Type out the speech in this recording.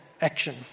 action